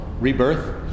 rebirth